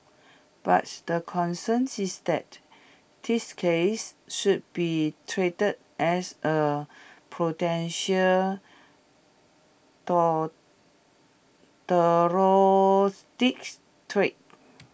but the concerns is that these cases should be treated as A potential threat